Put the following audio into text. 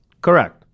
Correct